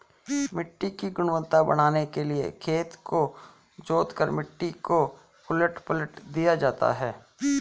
मिट्टी की गुणवत्ता बढ़ाने के लिए खेत को जोतकर मिट्टी को उलट पलट दिया जाता है